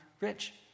rich